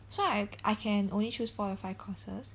so I I can only choose four to five courses